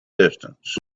distance